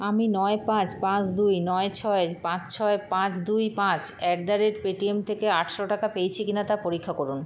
আমি নয় পাঁচ পাঁচ দুই নয় ছয় পাঁচ ছয় পাঁচ দুই পাঁচ at the rate Paytm থেকে আটশো টাকা পেয়েছি কিনা তা পরীক্ষা করুন